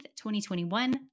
2021